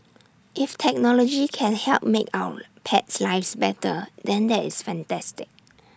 if technology can help make our pets lives better than that is fantastic